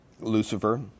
Lucifer